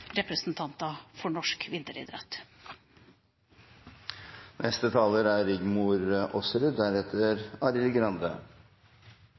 representanter for norsk vinteridrett. Det er